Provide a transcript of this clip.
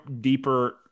deeper